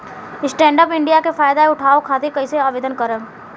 Stand up India के फाइदा उठाओ खातिर कईसे आवेदन करेम?